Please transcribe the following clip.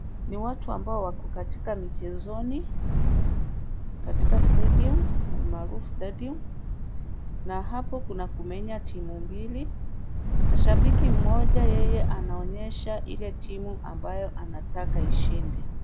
Ni watu ambao wako katika mchezoni katika stadium ,almaharufu stadium na hapo kuna kumenya timu mbili na shabiki mmoja yeye anaonyesha ile timu ambayo anataka ishinde.